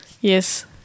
Yes